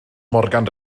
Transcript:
morgan